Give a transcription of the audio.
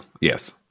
Yes